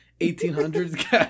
1800s